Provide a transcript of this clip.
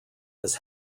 his